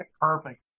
perfect